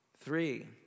Three